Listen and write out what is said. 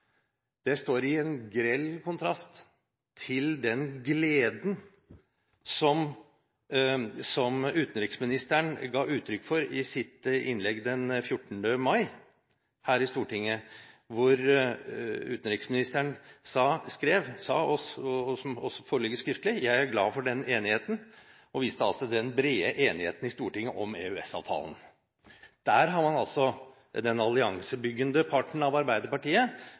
Det står i en grell kontrast til den gleden som utenriksministeren ga uttrykk for i sitt innlegg i Stortinget den 14. mai, hvor han sa, og som også foreligger skriftlig: «Jeg er glad for den enigheten.» Han viste til den brede enigheten om EØS-avtalen i Stortinget. Der har man den alliansebyggende parten av Arbeiderpartiet,